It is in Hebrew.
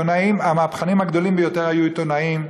המהפכנים הגדולים ביותר היו עיתונאים,